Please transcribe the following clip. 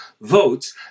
votes